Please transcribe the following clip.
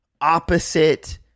opposite